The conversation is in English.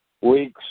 weeks